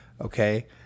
Okay